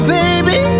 baby